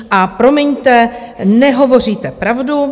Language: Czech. A promiňte, nehovoříte pravdu.